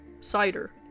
cider